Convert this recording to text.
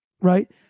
right